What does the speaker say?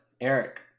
Eric